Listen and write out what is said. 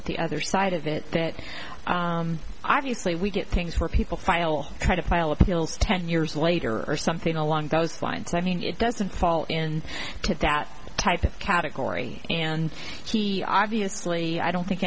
at the other side of it that obviously we get things for people file to file appeals ten years later or something along those lines i mean it doesn't fall in to that type of category and he obviously i don't think